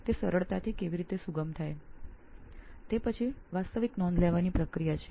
તે પછી નોંધ લેવાની વાસ્વિક પ્રક્રિયા છે